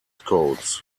codes